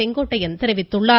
செங்கோட்டையன் தெரிவித்துள்ளார்